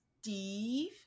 Steve